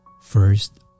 first